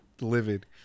livid